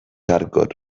hardcore